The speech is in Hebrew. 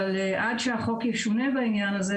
עד שהחוק ישנה בעניין הזה,